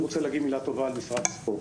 אני רוצה להגיד מילה טובה על משרד הספורט.